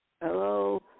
Hello